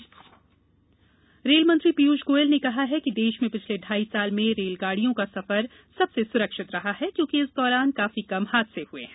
राज्यसभा रेलगाड़ियां रेलमंत्री पीयूष गोयल ने कहा है कि देश में पिछले ढ़ाई साल में रेलगाड़ियों का सफर सबसे सुरक्षित रहा है क्योंकि इस दौरान काफी कम हादसे हुए हैं